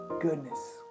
goodness